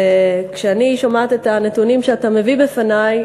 כשאני שומעת את הנתונים שאתה מביא בפני,